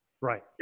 Right